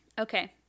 Okay